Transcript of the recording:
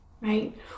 right